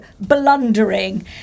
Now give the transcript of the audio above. blundering